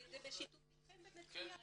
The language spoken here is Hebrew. זה בשיתוף איתכם ומצוין.